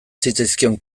zitzaizkion